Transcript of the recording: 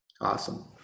Awesome